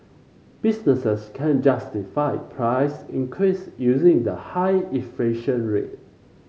businesses can justify price increase using the high inflation rate